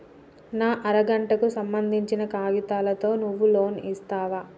నా అర గంటకు సంబందించిన కాగితాలతో నువ్వు లోన్ ఇస్తవా?